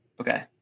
Okay